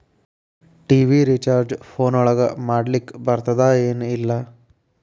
TV recharge phone ಒಳಗ ಮಾಡ್ಲಿಕ್ ಬರ್ತಾದ ಏನ್ ಇಲ್ಲ?